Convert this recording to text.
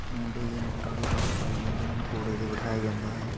ਮੁੰਡੇ ਦੇ ਨੋਟਾਂ ਦੇ ਹਾਰ ਪਾਏ ਜਾਂਦੇ ਹਨ ਘੋੜੇ 'ਤੇ ਬਿਠਾਇਆ ਜਾਂਦਾ ਹੈ